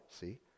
see